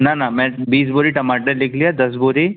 ना ना मैं बीस बोरी टमाटर लिख लिया दस बोरी